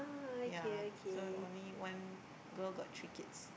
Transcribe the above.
yea so only one girl got three kids